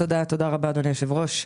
תודה רבה, אדוני היושב-ראש.